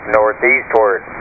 northeastward